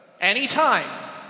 anytime